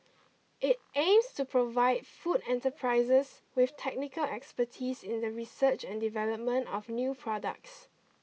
it aims to provide food enterprises with technical expertise in the research and development of new products